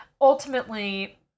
Ultimately